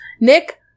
Nick